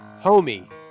homie